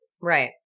right